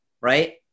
right